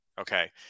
Okay